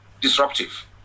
disruptive